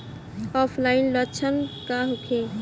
ऑफलाइनके लक्षण का होखे?